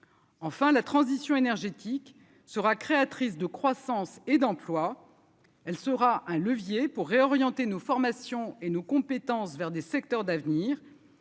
Enfin la transition énergétique sera créatrice de croissance et d'emploi, elle sera un levier pour réorienter nos formations et nos compétences vers des secteurs d'avenir,